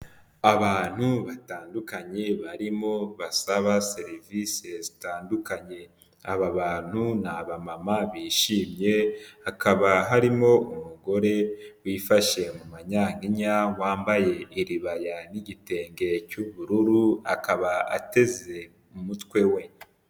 Abantu batandukanye barimo basaba serivisi zitandukanye, aba bantu ni ababama bishimye, hakaba harimo umugore wifashe mu manyankenya wambaye iribaya n'igitenge cy'ubururu akaba ateze umutwe we.